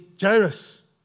Jairus